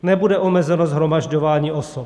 Nebude omezeno shromažďování osob.